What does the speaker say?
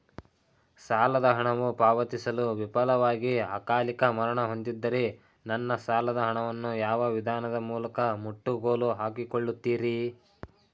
ಸಾಲದ ಹಣವು ಪಾವತಿಸಲು ವಿಫಲವಾಗಿ ಅಕಾಲಿಕ ಮರಣ ಹೊಂದಿದ್ದರೆ ನನ್ನ ಸಾಲದ ಹಣವನ್ನು ಯಾವ ವಿಧಾನದ ಮೂಲಕ ಮುಟ್ಟುಗೋಲು ಹಾಕಿಕೊಳ್ಳುತೀರಿ?